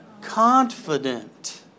Confident